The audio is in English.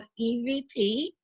EVP